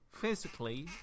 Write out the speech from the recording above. physically